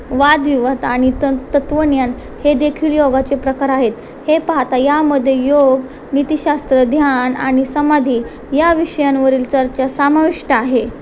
वादविवाद आणि तन तत्त्वज्ञान हे देखील योगाचे प्रकार आहेत हे पाहता यामध्ये योग नीतिशास्त्र ध्यान आणि समाधी या विषयांवरील चर्चा समाविष्ट आहे